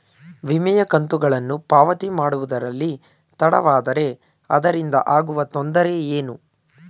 ವಿಮೆಯ ಕಂತುಗಳನ್ನು ಪಾವತಿ ಮಾಡುವುದರಲ್ಲಿ ತಡವಾದರೆ ಅದರಿಂದ ಆಗುವ ತೊಂದರೆ ಏನು?